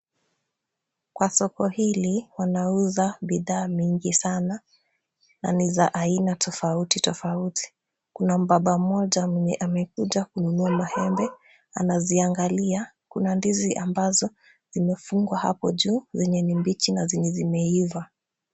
Kwa soko hili wanauza bidhaa mingi sana na ni za aina tofauti tofauti. Kuna mbaba mmoja mwenye amekuja kununua mahindi. Anaziangalia. Kuna ndizi ambazo zimefungwa hapo juu zenye ni mbichi na zenye zimeiva.